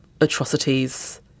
atrocities